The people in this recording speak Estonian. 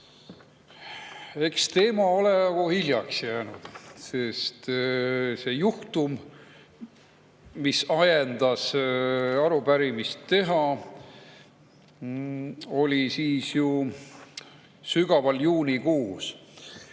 see teema ole nagu hiljaks jäänud, sest see juhtum, mis ajendas arupärimist tegema, oli ju sügaval juunikuus.